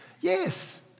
yes